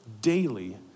daily